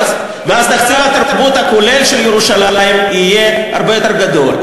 ואז תקציב התרבות של ירושלים יהיה הרבה יותר גדול.